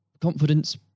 confidence